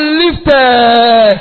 lifted